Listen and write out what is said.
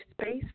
space